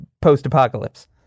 post-apocalypse